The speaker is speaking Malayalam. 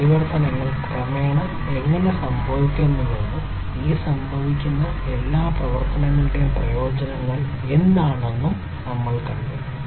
ഈ പരിവർത്തനങ്ങൾ ക്രമേണ എങ്ങനെ സംഭവിക്കുന്നുവെന്നും ഈ സംഭവിക്കുന്ന എല്ലാ പരിവർത്തനങ്ങളുടെയും പ്രയോജനം എന്താണെന്നും നമ്മൾകണ്ടു